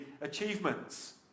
achievements